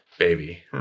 Baby